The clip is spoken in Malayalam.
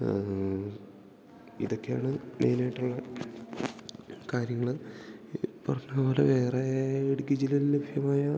അത് ഇതൊക്കെയാണ് മെയിനായിട്ട് ഉള്ള കാര്യങ്ങള് ഈ പറഞ്ഞ പോലെ വേറേ ഇടുക്കി ജില്ലേല് ലഭ്യമായ